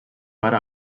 part